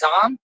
Tom